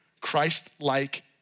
Christ-like